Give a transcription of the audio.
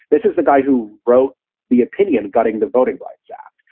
this is the guy who wrote the opinion gutting the voting rights act.